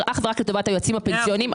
אך ורק לטובת היועצים הפנסיוניים.